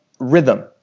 rhythm